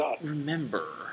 remember